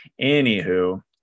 anywho